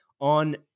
on